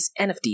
NFTs